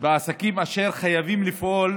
בעסקים אשר חייבים לפעול